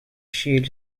shield